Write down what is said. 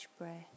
breath